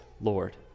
Lord